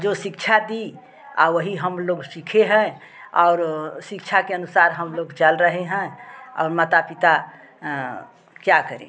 जो शिक्षा दी वही हम लोग सीखे हैं और शिक्षा के अनुसार हम लोग चल रहे हैं और माता पिता क्या करें